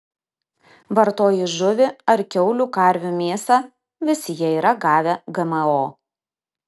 vartoji žuvį ar kiaulių karvių mėsą visi jie yra gavę gmo